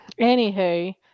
Anywho